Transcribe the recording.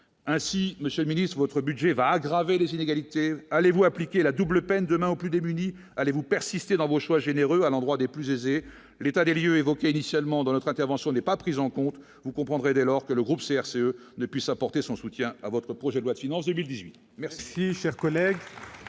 ainsi, Monsieur le Ministre votre budget va aggraver les inégalités, allez vous appliquer la double peine demain aux plus démunis, allez-vous persister dans vos choix généreux à l'endroit des plus aisés, l'état des lieux évoqués initialement dans notre intervention n'est pas prise en compte, vous comprendrez dès lors que le groupe CRCE ne puisse apporter son soutien à votre projet de loi de finances 2018 merci. Collègue.